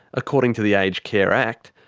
according to the aged care act,